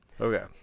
Okay